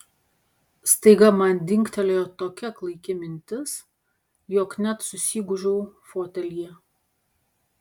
staiga man dingtelėjo tokia klaiki mintis jog net susigūžiau fotelyje